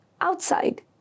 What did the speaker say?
Outside